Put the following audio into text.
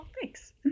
thanks